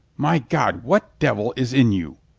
my god, what devil is in you?